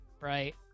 right